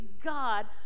God